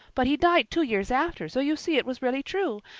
but he died two years after, so you see it was really true.